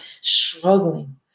struggling